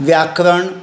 व्याकरण